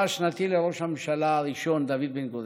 השנתית לראש הממשלה הראשון דוד בן-גוריון.